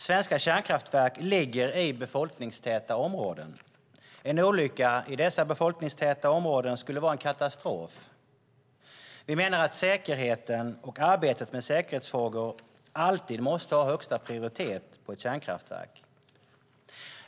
Svenska kärnkraftverk ligger i befolkningstäta områden. En olycka i dessa befolkningstäta områden skulle vara en katastrof. Vi menar att säkerheten och arbetet med säkerhetsfrågor alltid måste ha högsta prioritet på ett kärnkraftverk.